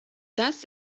das